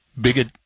bigot